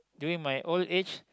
during my old age